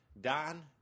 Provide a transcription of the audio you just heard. Don